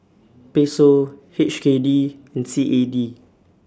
Peso H K D and C A D